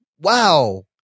Wow